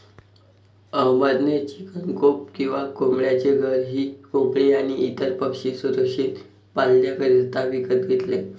अहमद ने chicken coop किंवा कोंबड्यांचे घर ही कोंबडी आणी इतर पक्षी सुरक्षित पाल्ण्याकरिता विकत घेतले